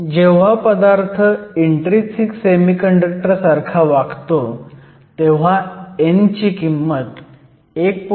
जेव्हा पदार्थ intrinsic semiconductor सारखा वागतो तेव्हा n ची किंमत 1